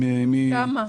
כמה?